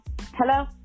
Hello